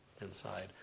inside